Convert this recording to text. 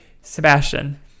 Sebastian